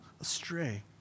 astray